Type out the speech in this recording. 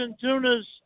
tunas